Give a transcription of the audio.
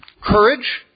courage